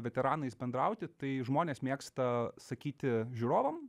veteranais bendrauti tai žmonės mėgsta sakyti žiūrovam